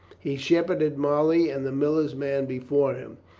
he shepherded molly and the miller's man before him,